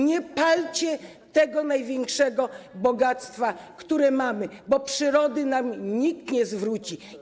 Nie palcie tego największego bogactwa, które mamy, bo przyrody nam nikt nie zwróci.